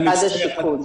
אני מצטער,